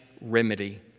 remedy